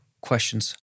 questions